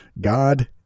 God